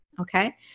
Okay